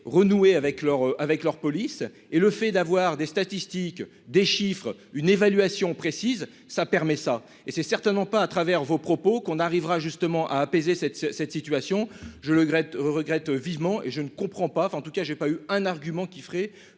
leur avec leur police et le fait d'avoir des statistiques, des chiffres, une évaluation précise ça permet ça et c'est certainement pas à travers vos propos, qu'on arrivera justement à apaiser cette cette situation, je le regrette, regrette vivement et je ne comprends pas, en tout cas j'ai pas eu un argument qui ferait